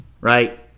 right